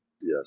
Yes